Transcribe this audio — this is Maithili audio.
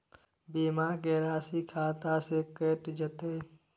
बीमा के राशि खाता से कैट जेतै?